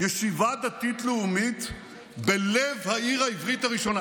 ישיבה דתית-לאומית בלב העיר העברית הראשונה.